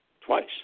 twice